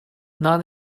not